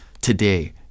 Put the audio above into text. today